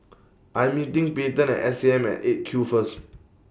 I'm meeting Payten At S A M At eight Q First